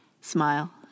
Smile